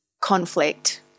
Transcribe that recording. conflict